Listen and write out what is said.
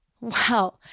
wow